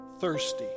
thirsty